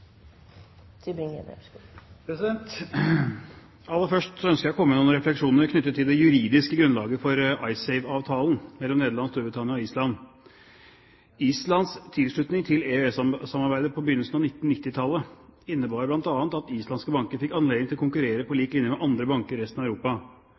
Aller først ønsker jeg å komme med noen refleksjoner knyttet til det juridiske grunnlaget for IceSave-avtalen mellom Nederland, Storbritannia og Island. Islands tilslutning til EØS-samarbeidet på begynnelsen av 1990-tallet innebar bl.a. at islandske banker fikk anledning til å konkurrere på